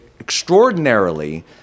extraordinarily